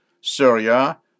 Syria